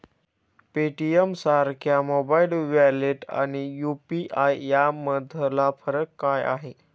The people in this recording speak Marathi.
पेटीएमसारख्या मोबाइल वॉलेट आणि यु.पी.आय यामधला फरक काय आहे?